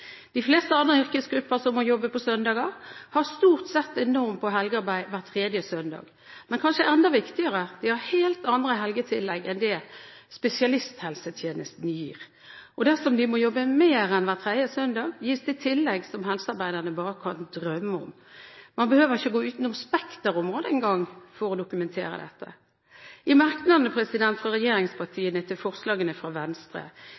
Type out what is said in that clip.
De fleste andre yrkesgrupper som må jobbe på søndager, har stort sett en norm for helgearbeid hver tredje søndag. Men kanskje enda viktigere: De har helt andre helgetillegg enn det spesialisthelsetjenesten gir. Dersom de må jobbe mer enn hver tredje søndag, gis det tillegg som helsearbeiderne bare kan drømme om. Man behøver ikke å gå utenom Spekter-området engang for å dokumentere dette. I merknadene fra regjeringspartiene til forslagene fra Venstre